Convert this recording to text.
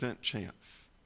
chance